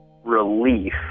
relief